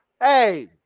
Hey